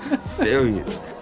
Serious